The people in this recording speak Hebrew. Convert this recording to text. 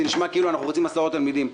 זה נשמע כאילו אנחנו רוצים הסעות תלמידים.